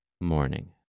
morning